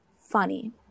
funny